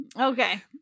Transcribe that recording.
Okay